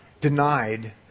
denied